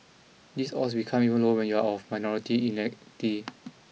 these odds become even lower when you are of minority